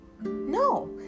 No